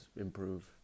improve